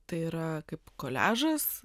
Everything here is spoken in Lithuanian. tai yra kaip koliažas